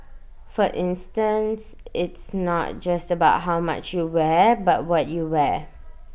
for instance it's not just about how much you wear but what you wear